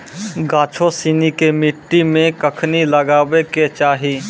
गाछो सिनी के मट्टी मे कखनी लगाबै के चाहि?